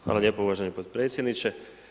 Hvala lijepo uvaženi podpredsjedniče.